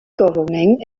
governing